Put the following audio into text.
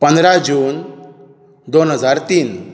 पंदरा जून दोन हजार तीन